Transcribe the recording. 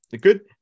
good